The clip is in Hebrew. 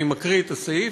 אני מקריא את הסעיף: